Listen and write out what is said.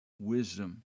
wisdom